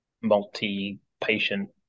multi-patient